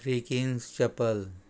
three kings chapel